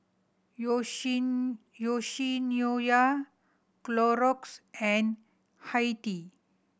Yoshinoya Clorox and Hi Tea